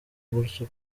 gutyo